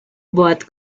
boat